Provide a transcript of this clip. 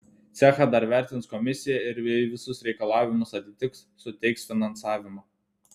cechą dar vertins komisija ir jei visus reikalavimus atitiks suteiks finansavimą